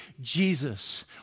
Jesus